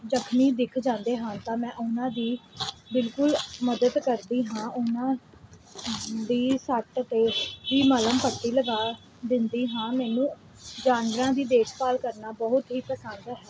ਜ਼ਖਮੀ ਦਿਖ ਜਾਂਦੇ ਹਨ ਤਾਂ ਮੈਂ ਉਹਨਾਂ ਦੀ ਬਿਲਕੁਲ ਮਦਦ ਕਰਦੀ ਹਾਂ ਉਹਨਾਂ ਦੀ ਸੱਟ 'ਤੇ ਵੀ ਮਲਮ ਪੱਟੀ ਲਗਾ ਦਿੰਦੀ ਹਾਂ ਮੈਨੂੰ ਜਾਨਵਰਾਂ ਦੀ ਦੇਖਭਾਲ ਕਰਨਾ ਬਹੁਤ ਹੀ ਪਸੰਦ ਹੈ